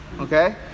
Okay